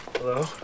Hello